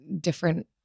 different